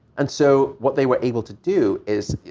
and so what they were able to do is.